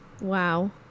Wow